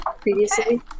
previously